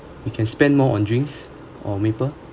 we can spend more on drinks or maple